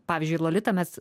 pavyzdžiui lolitą mes